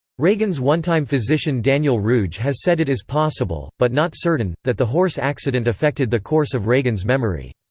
reagan's one-time physician daniel ruge has said it is possible, but not certain, that the horse accident affected the course of reagan's memory.